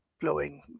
blowing